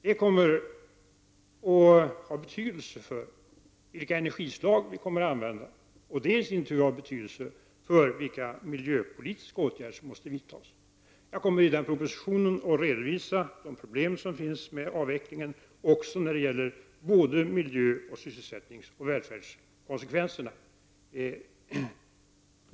Detta kommer att ha betydelse för vilka energislag vi kommer att använda, och det i sin tur kommer att ha betydelse för vilka miljöpolitiska åtgärder som måste vidtas. Jag kommer i propositionen att redovisa de problem som finns med avvecklingen, också när det gäller miljö-, sysselsättningsoch välfärdskonsekvenser.